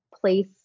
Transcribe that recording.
place